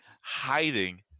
hiding